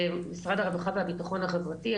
ומשרד הרווחה והבטחון החברתי.